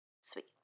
Sweet